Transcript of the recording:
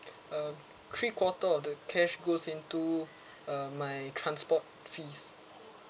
uh three quarter of the cash goes into uh my transport fees